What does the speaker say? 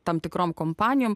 tam tikrom kompanijom